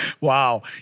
wow